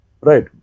right